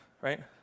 right